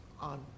on